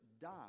die